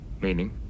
Meaning